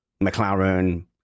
McLaren